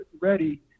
ready